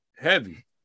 heavy